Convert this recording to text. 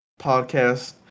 podcast